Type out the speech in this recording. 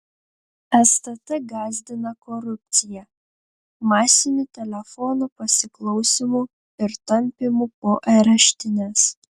stt gąsdina korupcija masiniu telefonų pasiklausymu ir tampymu po areštines